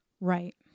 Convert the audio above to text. Right